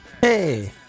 Hey